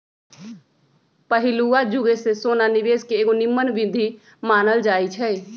पहिलुआ जुगे से सोना निवेश के एगो निम्मन विधीं मानल जाइ छइ